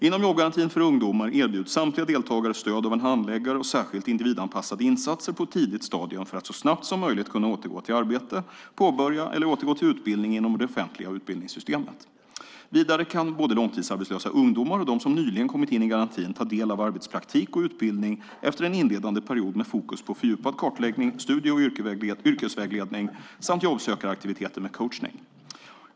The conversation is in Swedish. Inom jobbgarantin för ungdomar erbjuds samtliga deltagare stöd av en handläggare och särskilt individanpassade insatser på ett tidigt stadium för att så snabbt som möjligt kunna återgå till arbete eller påbörja eller återgå till utbildning inom det offentliga utbildningssystemet. Vidare kan både långtidsarbetslösa ungdomar och de som nyligen kommit in i garantin ta del av arbetspraktik och utbildning efter en inledande period med fokus på fördjupad kartläggning, studie och yrkesvägledning samt jobbsökaraktiviteter med coachning.